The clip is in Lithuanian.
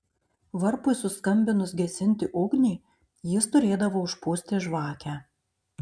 varpui suskambinus gesinti ugnį jis turėdavo užpūsti žvakę